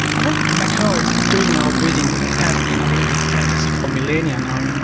i think mechanoids doing our bidding has been really fantasy for millennia and um and